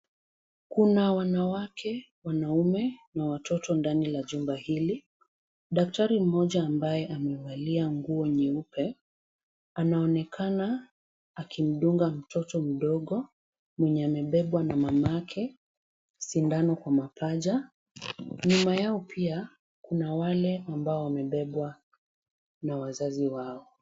Kuna wanawake, wanaume na watoto ndani la jumba hili. Daktari mmoja ambaye amevalia nguo nyeupe anaonekana akimdunga mtoto mdogo mwenye amebebwa na mamake sindano kwa mapaja. Nyuma yao pia ,kuna wale ambao wamebebwa na wazazi wao.